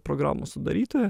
programų sudarytojo